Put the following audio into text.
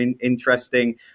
interesting